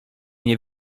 nie